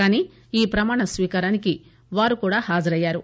కానీ ఈ ప్రమాణ స్వీకారానికి వారు కూడా హాజరయ్యారు